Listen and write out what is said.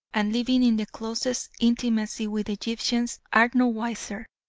and living in the closest intimacy with egyptians, are no wiser,